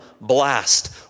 blast